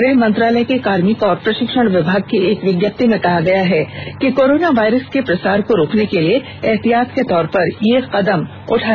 गृहमंत्रालय के कार्मिक और प्रशिक्षण विभाग की एक विज्ञप्ति में कहा गया है कि कोरोना वायरस के प्रसार को रोकने के लिए एहतियात के तौर पर यह कदम उठाया गया है